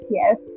yes